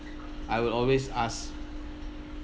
I will always ask